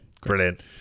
brilliant